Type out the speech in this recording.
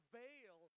veil